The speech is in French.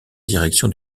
direction